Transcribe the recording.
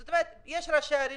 זאת אומרת, יש ראשי ערים